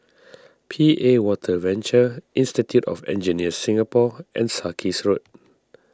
P A Water Venture Institute of Engineers Singapore and Sarkies Road